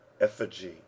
effigy